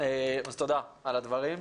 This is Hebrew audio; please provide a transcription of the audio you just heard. תודה על הדברים.